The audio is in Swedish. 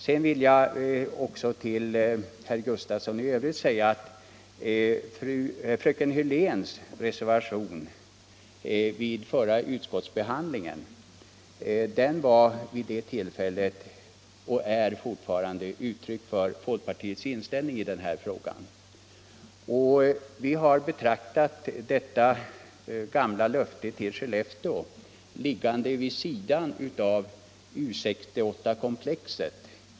Sedan vill jag också till herr Gustafsson i Byske säga att fröken Hörléns reservation vid förra utskottsbehandlingen var vid det tillfället och är fortfarande ett uttryck för folkpartiets inställning i den här frågan. Vi har betraktat detta gamla löfte till Skellefteå liggande vid sidan av U 68 komplexet.